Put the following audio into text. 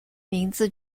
名字